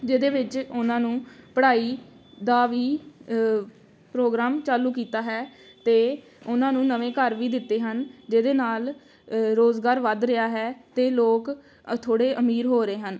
ਜਿਹਦੇ ਵਿੱਚ ਉਹਨਾਂ ਨੂੰ ਪੜ੍ਹਾਈ ਦਾ ਵੀ ਪ੍ਰੋਗਰਾਮ ਚਾਲੂ ਕੀਤਾ ਹੈ ਅਤੇ ਉਹਨਾਂ ਨੂੰ ਨਵੇਂ ਘਰ ਵੀ ਦਿੱਤੇ ਹਨ ਜਿਹਦੇ ਨਾਲ ਰੋਜ਼ਗਾਰ ਵੱਧ ਰਿਹਾ ਹੈ ਅਤੇ ਲੋਕ ਥੋੜ੍ਹੇ ਅਮੀਰ ਹੋ ਰਹੇ ਹਨ